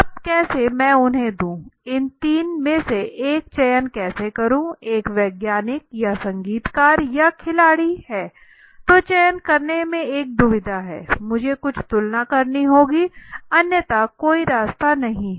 अब कैसे मैं उन्हें दूँ इन तीन में से चयन कैसे करूं एक वैज्ञानिक या संगीतकार या खिलाड़ी है तो चयन करने में एक दुविधा हैं मुझे कुछ तुलना करनी होगी अन्यथा कोई रास्ता नहीं है